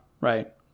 Right